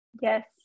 Yes